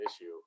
issue